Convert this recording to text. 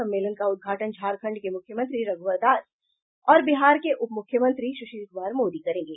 सम्मेलन का उदघाटन झारखंड के मुख्यमंत्री रघ्वर दास और बिहार के उप मुख्यमंत्री सुशील कुमार मोदी करेंगे